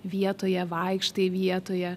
vietoje vaikštai vietoje